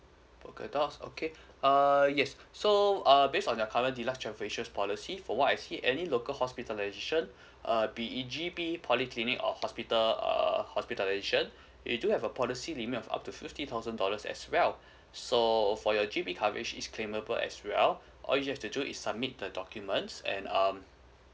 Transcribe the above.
polka dots okay uh yes so uh based on the current the deluxe travel insurance policy for what I see any local hospitalization uh be it G_P polyclinic or hospital err hospitalization we do have a policy limit of up to fifty thousand dollars as well so uh for your G_P coverage is claimer as well what you have to do is to submit the documents and um